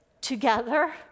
together